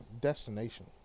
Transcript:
Destination